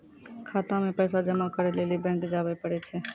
खाता मे पैसा जमा करै लेली बैंक जावै परै छै